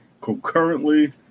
concurrently